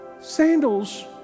Sandals